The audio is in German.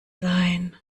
sein